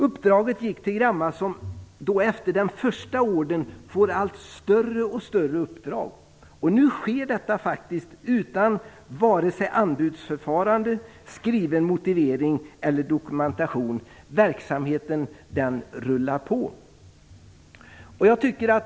Uppdraget gick till Gramma, som efter den första ordern får allt större uppdrag. Nu sker detta faktiskt utan vare sig anbudsförfarande, skriven motivering eller dokumentation. Verksamheten rullar på.